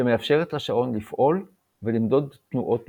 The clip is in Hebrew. שמאפשרות לשעון לפעול ולמדוד תנועות נוספות.